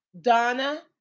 Donna